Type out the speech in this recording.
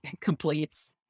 completes